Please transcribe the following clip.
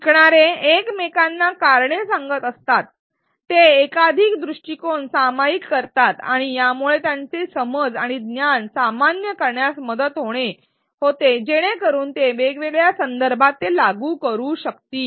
शिकणारे एकमेकांना कारणे सांगत असताना ते एकाधिक दृष्टीकोन सामायिक करतात आणि यामुळे त्यांचे समज आणि ज्ञान सामान्य करण्यात मदत होते जेणेकरुन ते वेगवेगळ्या संदर्भात ते लागू करू शकतील